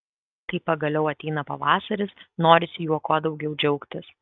kai pagaliau ateina pavasaris norisi juo kuo daugiau džiaugtis